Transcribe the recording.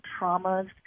traumas